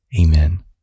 Amen